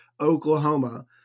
Oklahoma